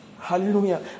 Hallelujah